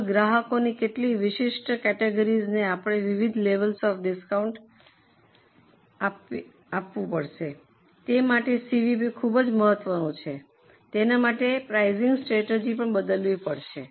આગળ ગ્રાહકોની કેટલીક વિશિષ્ટ કેટેગરીઝ ને આપણે વિવિધ લેવલ્સ ઑફ ડિસ્કાઉન્ટ આપવી પડશે તે માટે સીવીપી ખૂબ મહત્વની છે તેના માટે અમારે પ્રાઇસીંગ સ્ટ્રેટેજી બદલવી પડશે